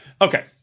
Okay